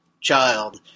child